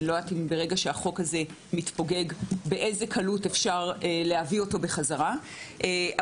ואני לא יודעת באיזו קלות אפשר להביא את החוק בחזרה אם הוא מתפוגג,